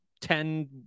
Ten